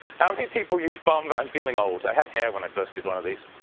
how many people used farm, but i'm feeling old. i had hair when i first did one of these.